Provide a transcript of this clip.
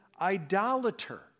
idolater